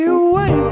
away